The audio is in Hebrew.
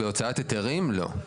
בהוצאת היתרים לא.